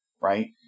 right